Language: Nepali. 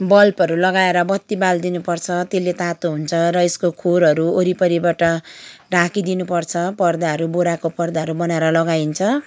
बल्बहरू लगाएर बत्ती बालिदिनु पर्छ त्यसले तातो हुन्छ र यसको खोरहरू वरिपरिबाट ढाकिदिनुपर्छ पर्दाहरू बोराको पर्दाहरू बनाएर लगाइन्छ